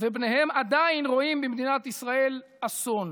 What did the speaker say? ובניהם עדיין רואים במדינת ישראל אסון,